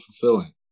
fulfilling